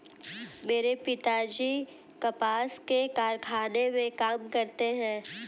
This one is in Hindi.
मेरे पिताजी कपास के कारखाने में काम करते हैं